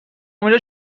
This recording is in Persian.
اونجا